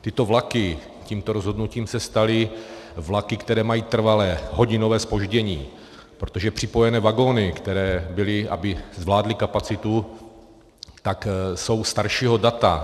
Tyto vlaky se tímto rozhodnutím staly vlaky, které mají trvale hodinové zpoždění, protože připojené vagony, které aby zvládly kapacitu, jsou staršího data.